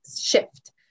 shift